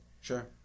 sure